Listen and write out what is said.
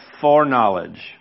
foreknowledge